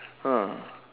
uh